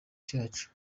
cyacu